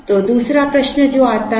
तो दूसरा प्रश्न जो आता है